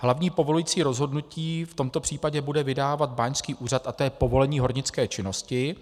Hlavní povolující rozhodnutí v tomto případě bude vydávat báňský úřad, a to je povolení hornické činnosti.